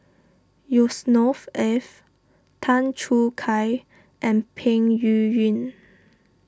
Yusnor Ef Tan Choo Kai and Peng Yuyun